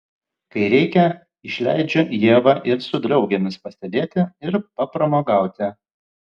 kai reikia išleidžiu ievą ir su draugėmis pasėdėti ir papramogauti